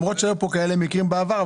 היו מקרים כאלה בעבר,